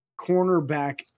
cornerback